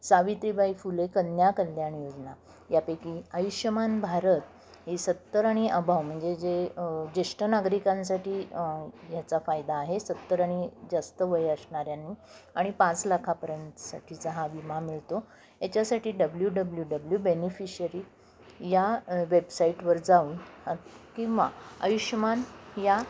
सावित्रीबाई फुले कन्या कल्याण योजना यापैकी आयुष्यमान भारत ही सत्तर आणि अबव्ह म्हणजे जे ज्येष्ठ नागरिकांसाठी ह्याचा फायदा आहे सत्तर आणि जास्त वय असणाऱ्यांनी आणि पाच लाखापर्यंतसाठीचा हा विमा मिळतो याच्यासाठी डब्ल्यू डब्लू डब्ल्यू बेनिफिशरी या वेबसाईटवर जाऊन किंवा आयुष्यमान या